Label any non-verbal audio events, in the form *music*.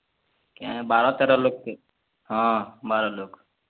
କେଁ ବାର ତେର ଲୋକ୍ *unintelligible* ହଁ ବାର ଲୋକ୍